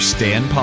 Stan